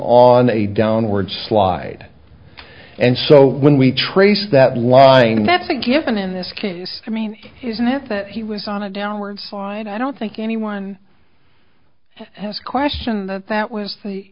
on a downward slide and so when we trace that line that's a given in this case i mean isn't it that he was on a downward slide i don't think anyone has question that that was the